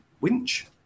winch